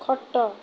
ଖଟ